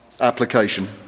application